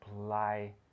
apply